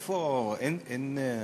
איפה, אין,